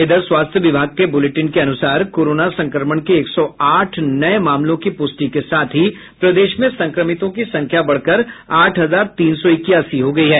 इधर स्वास्थ्य विभाग के बुलेटिन के अनुसार कोरोना संक्रमण के एक सौ आठ नये मामलों की पुष्टि के साथ ही प्रदेश में संक्रमितों की संख्या बढ़कर आठ हजार तीन सौ इक्यासी हो गयी है